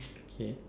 okay